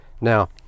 Now